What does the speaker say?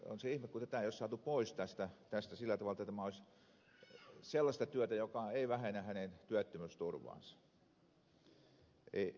on se ihme kun tätä ei ole saatu pois tästä sillä tavalla että tämä olisi sellaista työtä joka ei vähennä työttömän työttömyysturvaa